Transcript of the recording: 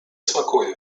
smakuje